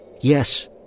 Yes